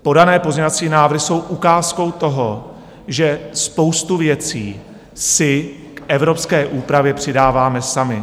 Podané pozměňovací návrhy jsou ukázkou toho, že spoustu věcí si k evropské úpravě přidáváme sami.